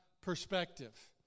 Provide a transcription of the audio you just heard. perspective